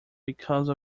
because